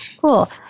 cool